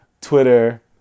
Twitter